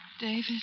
David